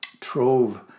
trove